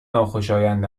ناخوشایند